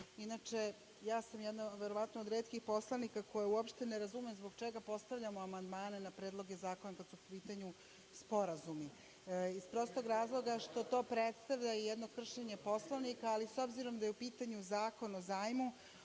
ja sam jedna verovatno od retkih poslanika koja uopšte ne razume zbog čega postavljamo amandmane na predloge zakona kada su u pitanju sporazumi. Iz prostog razloga što to predstavlja jedno kršenje Poslovnika, ali s obzirom da je u pitanju Zakon o zajmu,